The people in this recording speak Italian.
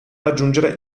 raggiungere